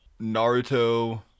Naruto